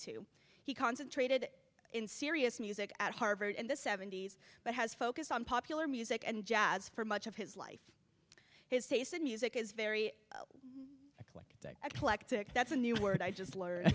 two he concentrated in serious music at harvard in the seventy's but has focused on popular music and jazz for much of his life his taste in music is very like a collective that's a new word i just learned